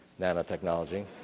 nanotechnology